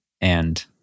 and-